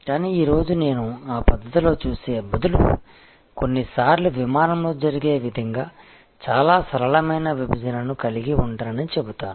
కానీ ఈ రోజు నేను ఆ పద్ధతిలో చూసే బదులు కొన్నిసార్లు విమానంలో జరిగే విధంగా చాలా సరళమైన విభజనను కలిగి ఉంటానని చెబుతాను